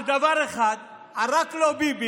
על דבר אחד, על רק לא ביבי,